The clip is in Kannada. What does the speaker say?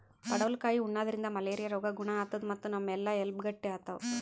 ಪಡವಲಕಾಯಿ ಉಣಾದ್ರಿನ್ದ ಮಲೇರಿಯಾ ರೋಗ್ ಗುಣ ಆತದ್ ಮತ್ತ್ ನಮ್ ಹಲ್ಲ ಎಲಬ್ ಗಟ್ಟಿ ಆತವ್